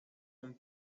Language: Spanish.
con